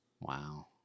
Wow